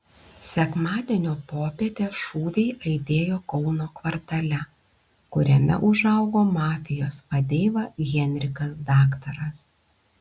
sekmadienio popietę šūviai aidėjo kauno kvartale kuriame užaugo mafijos vadeiva henrikas daktaras